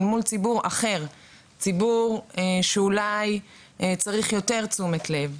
אלא מול ציבור אחר שאולי צריך יותר תשומת לב,